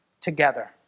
together